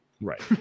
Right